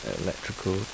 electrical